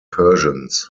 persians